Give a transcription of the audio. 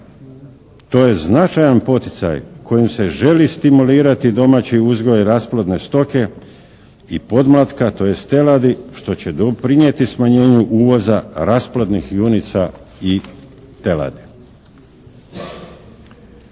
To je značajan poticaj kojim se želi stimulirati domaći uzgoj rasplodne stoke i podmlatka tj. teladi što će doprinijeti smanjenju uvoza rasplodnih junica i teladi.